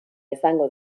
izango